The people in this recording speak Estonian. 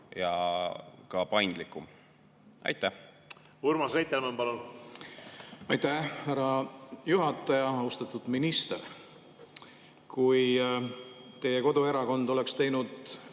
ja ka paindlikum. Urmas Reitelmann, palun! Aitäh, härra juhataja! Austatud minister! Kui teie koduerakond oleks teinud